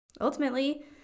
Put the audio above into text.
ultimately